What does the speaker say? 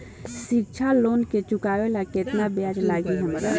शिक्षा लोन के चुकावेला केतना ब्याज लागि हमरा?